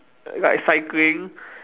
like cycling